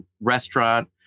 restaurant